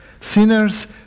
Sinners